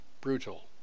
brutal